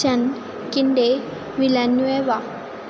ਚੰਨ ਕਿੰਨੇ ਮਿਲੈਨੂਏ ਵਾਹ